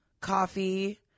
coffee